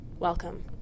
Welcome